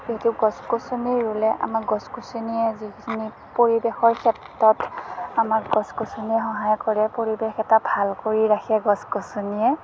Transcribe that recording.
যিহেতু গছ গছনি ৰুলে আমাক গছ গছনিয়ে যিখিনি পৰিৱেশৰ ক্ষেত্ৰত আমাক গছ গছনিয়ে সহায় কৰে পৰিৱেশ এটা ভাল কৰি ৰাখে গছ গছনিয়ে